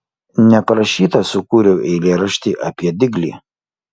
neprašyta sukūriau eilėraštį apie diglį